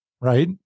right